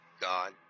god